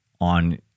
on